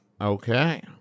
Okay